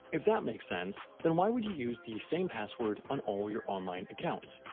if that makes sense, then why would you use the same password on all your online accounts?